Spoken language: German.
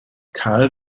carl